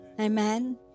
amen